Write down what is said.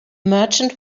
merchant